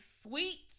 sweet